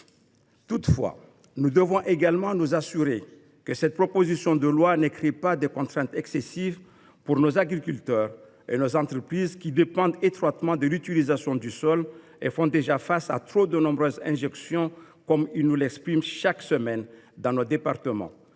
carbone. Nous devons toutefois nous assurer que cette proposition de loi ne crée pas de contraintes excessives pour nos agriculteurs et nos entreprises, qui dépendent étroitement de l’utilisation des sols et font déjà face à de trop nombreuses injonctions, comme ils nous le répètent chaque semaine dans nos départements.